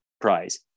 Prize